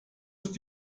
ist